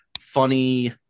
funny